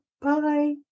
Bye